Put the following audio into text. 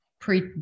pre